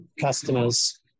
customers